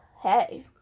Hey